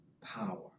power